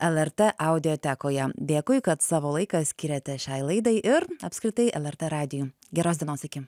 lrt audiotekoje dėkui kad savo laiką skyrėte šiai laidai ir apskritai lrt radiju geros dienos iki